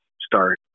start